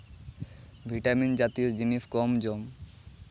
vitamin ᱡᱟᱛᱤᱭᱚ ᱡᱤᱱᱤᱥ ᱠᱚᱢ ᱡᱚᱢ